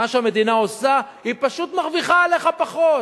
מה שהמדינה עושה, היא פשוט מרוויחה עליך פחות.